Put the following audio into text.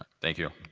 thank you.